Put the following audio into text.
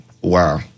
wow